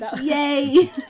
Yay